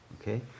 Okay